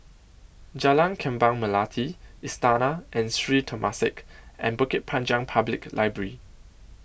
Jalan Kembang Melati Istana and Sri Temasek and Bukit Panjang Public Library